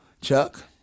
Chuck